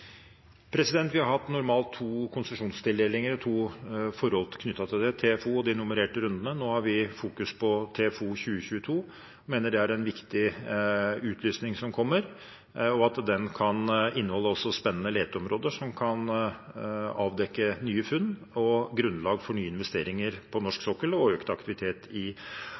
Vi har normalt hatt to konsesjonstildelinger og to forhold knyttet til det – TFO og de nummererte rundene. Nå har vi fokus på TFO 2022. Vi mener det er en viktig utlysning som kommer, og at den kan inneholde spennende leteområder som kan avdekke nye funn og gi grunnlag for nye investeringer på norsk sokkel og økt aktivitet i